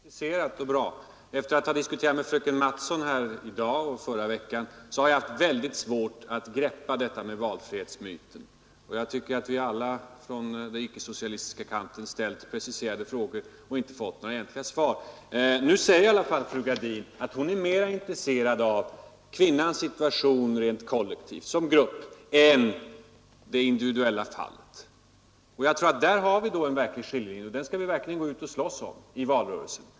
Herr talman! Jag tycker att frågeställningen nu har blivit mera konkretiserad. Vid mina diskussioner med fröken Mattson i dag och i förra veckan har jag haft mycket svårt för att greppa detta med valfrihetsmyten. Jag tycker att vi på den icke-socialistiska kanten har ställt preciserade frågor, men vi har inte fått några svar. Nu säger emellertid fru Gradin att hon är mera intresserad av kvinnornas situation rent kollektivt, alltså som grupp, än av det individuella fallet, och där har vi då en verklig skiljelinje som vi skall gå ut och slåss om i valrörelsen.